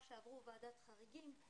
לאחר שעברו ועדת חריגים.